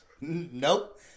Nope